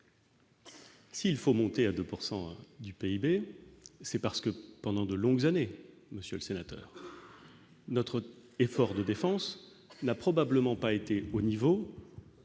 S'il faut monter à 2 pourcent du du PIB, c'est parce que pendant de longues années, monsieur le sénateur, notre effort de défense n'a probablement pas été au niveau